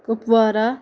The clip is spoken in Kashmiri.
کُپوارہ